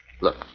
look